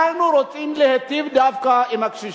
אנחנו רוצים להיטיב דווקא עם הקשישים.